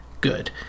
good